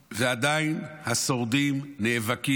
ועדיין השורדים נאבקים,